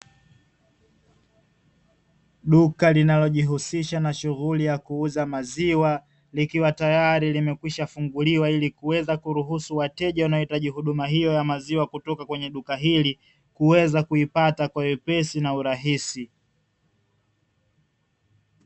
Duka linalojihusisha na shughuli ya kuuza maziwa, likiwa tayari limekwishafunguliwa ili kuweza kuruhusu wateja wanaohitaji huduma hiyo ya maziwa kutoka kwenye duka hili, kuweza kuipata kwa wepesi na urahisi.